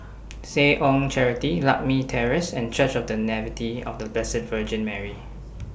Seh Ong Charity Lakme Terrace and Church of The Nativity of The Blessed Virgin Mary